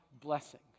blessing